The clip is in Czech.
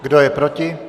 Kdo je proti?